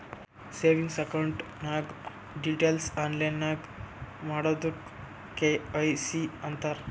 savings account ನಾಗ್ details online ನಾಗ್ ಮಾಡದುಕ್ ಕೆ.ವೈ.ಸಿ ಅಂತಾರ್